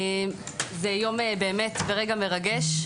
זה רגע מרגש.